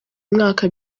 mwaka